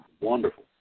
wonderful